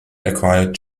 acquired